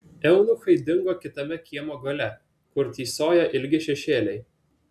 eunuchai dingo kitame kiemo gale kur tįsojo ilgi šešėliai